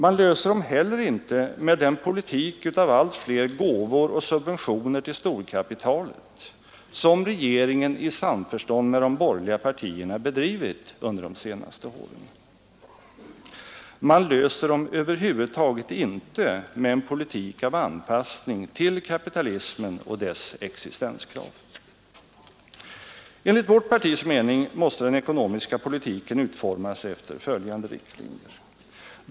Man löser dem heller inte med den politik av allt fler gåvor och subventioner till storkapitalet som regeringen i samförstånd med de borgerliga partierna bedrivit under de senaste åren. Man löser dem över huvud taget inte med en politik av anpassning till kapitalismen och dess existenskrav. Enligt vårt partis mening måste den ekonomiska politiken utformas efter följande riktlinjer.